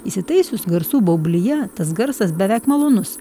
įsitaisius garsų baublyje tas garsas beveik malonus